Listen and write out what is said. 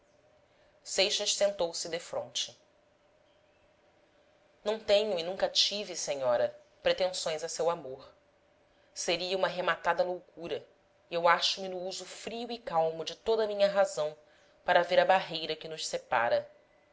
dedos seixas sentou-se defronte não tenho e nunca tive senhora pretensões a seu amor seria uma rematada loucura e eu achome no uso frio e calmo de toda a minha razão para ver a barreira que nos separa